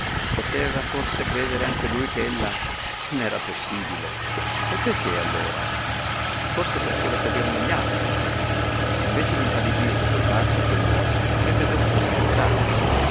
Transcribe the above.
poteva forse credere anche lui che ella non era possibile e perché allora forse perché lo credevano gli altri invece d'impallidire e di turbarsi a quel modo avrebbe dovuto protestare